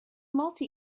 multi